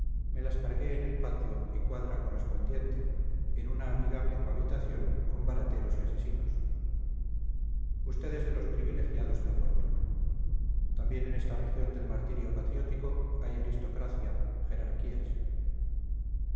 me las cargué en el patio y cuadra correspondiente en amigable cohabitación con barateros y asesinos usted es de los privilegiados de la fortuna también en esta región del martirio patriótico hay aristocracia jerarquías